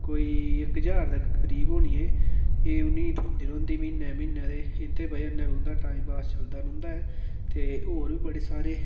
कोई इक ज्हार दे करीब होनी ऐ कि उ'नेंगी एह् थ्होंदी रौह्न्दी म्हीने म्हीने ते इंदे वजह कन्नै उन्दा टाइम पास चलदा रौंह्दा ऐ ते होर बी बड़े सारे